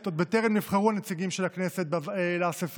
עוד בטרם נבחרו נציגים של הכנסת לאספה,